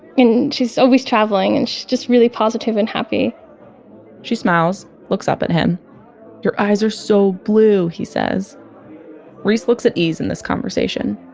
she's always traveling and she's just really positive and happy she smiles, looks up at him your eyes are so blue! he says reese looks at ease in this conversation.